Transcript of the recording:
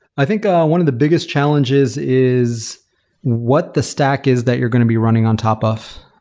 i think one of the biggest challenges is what the stack is that you're going to be running on top of.